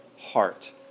heart